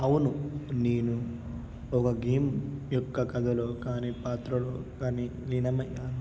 అవును నేను ఒక గేమ్ యొక్క కథలో కానీ పాత్రలో కానీ లీనమైనాను